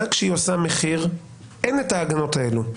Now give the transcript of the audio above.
כשהמדינה עושה מחיר אין לה את ההגנות האלו.